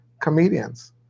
comedians